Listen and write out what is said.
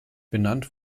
benannt